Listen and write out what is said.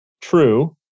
True